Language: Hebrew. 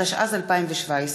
התשע"ז 2017,